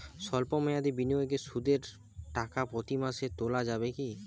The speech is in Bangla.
সল্প মেয়াদি বিনিয়োগে সুদের টাকা প্রতি মাসে তোলা যাবে কি?